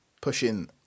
pushing